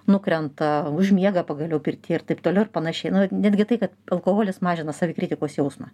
nukrenta užmiega pagaliau pirtyje ir taip toliau ir panašiai netgi tai kad alkoholis mažina savikritikos jausmą